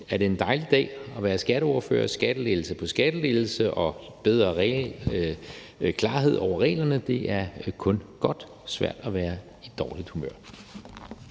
er det en dejlig dag at være skatteordfører. Det er altså skattelettelse på skattelettelse og større klarhed over reglerne. Det er kun godt, så det er svært at være i dårligt humør.